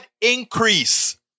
increase